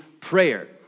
prayer